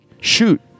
Shoot